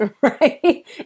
right